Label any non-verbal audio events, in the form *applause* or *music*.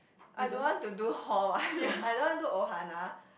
I don't want to do hall [one] *breath* I don't want do Ohana